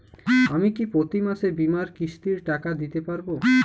আমি কি প্রতি মাসে বীমার কিস্তির টাকা দিতে পারবো?